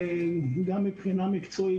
גם מבחינה מקצועית,